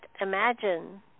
imagine